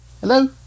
Hello